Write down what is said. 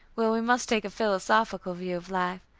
well, we must take a philosophical view of life.